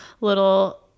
little